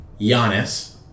Giannis